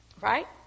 right